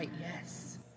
yes